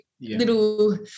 little